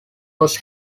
was